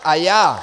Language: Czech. A já?